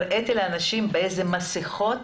הראיתי שם לאנשים באיזה מסכות